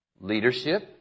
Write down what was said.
Leadership